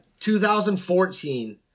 2014